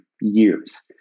years